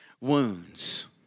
wounds